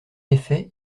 effet